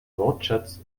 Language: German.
wortschatz